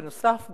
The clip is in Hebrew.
נוסף,